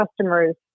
customer's